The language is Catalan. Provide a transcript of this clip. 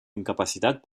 incapacitat